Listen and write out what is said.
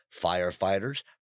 firefighters